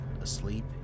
asleep